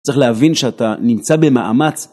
צריך להבין שאתה נמצא במאמץ.